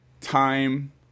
time